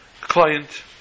client